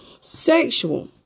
sexual